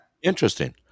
Interesting